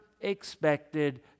expected